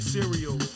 Cereal